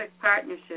Partnership